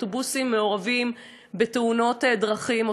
כשאוטובוסים מעורבים בתאונות דרכים,